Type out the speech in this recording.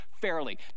fairly